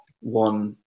one